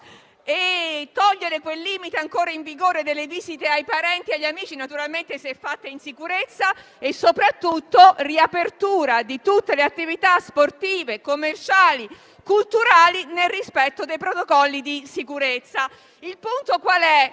di quel limite, ancora in vigore, delle visite ai parenti e agli amici (naturalmente se fatte in sicurezza); soprattutto, riapertura di tutte le attività sportive, commerciali e culturali nel rispetto dei protocolli di sicurezza. Cari